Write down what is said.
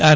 R